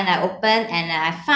and I opened and I fo~